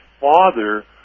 father